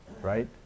right